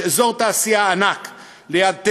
יש אזור תעשייה ענק ליד תפן,